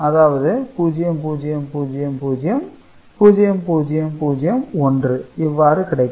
அதாவது 0000 0001 இவ்வாறு கிடைக்கும்